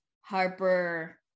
Harper